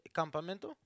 campamento